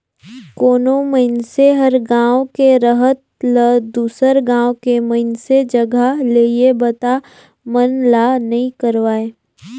कोनो मइनसे हर गांव के रहत ल दुसर गांव के मइनसे जघा ले ये बता मन ला नइ करवाय